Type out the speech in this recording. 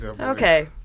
Okay